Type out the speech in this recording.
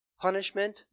punishment